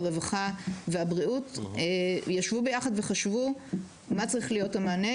הרווחה והבריאות וחשבו מה צריך להיות המענה,